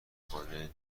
خانه